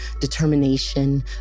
determination